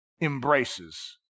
embraces